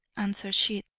answered she.